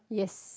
yes